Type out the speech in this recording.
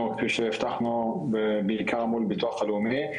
כפי שהבטחנו בעיקר מול הביטוח הלאומי.